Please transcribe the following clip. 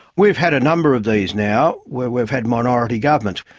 we've had a number of these now where we've had minority governments.